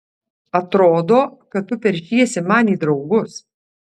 atrodo kad tu peršiesi man į draugus